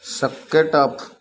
socket off